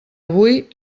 avui